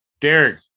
Derek